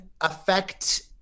affect